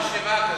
יש חשיבה כזאת.